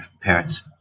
parents